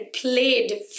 played